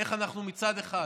איך אנחנו מצד אחד